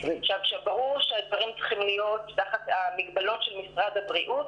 ברור שהדברים צריכים להיות תחת המגבלות של משרד הבריאות,